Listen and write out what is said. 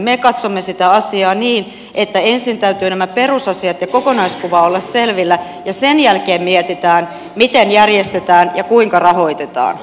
me katsomme sitä asiaa niin että ensin täytyy näiden perusasioiden ja kokonaiskuvan olla selvillä ja sen jälkeen mietitään miten järjestetään ja kuinka rahoitetaan